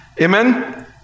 Amen